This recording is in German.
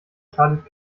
schadet